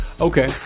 Okay